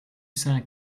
saint